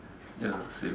ya same